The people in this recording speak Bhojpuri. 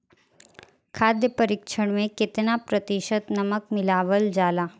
खाद्य परिक्षण में केतना प्रतिशत नमक मिलावल जाला?